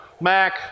Mac